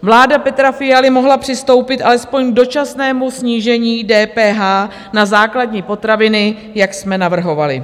Vláda Petra Fialy mohla přistoupit alespoň k dočasnému snížení DPH na základní potraviny, jak jsme navrhovali.